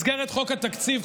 מסגרת חוק התקציב,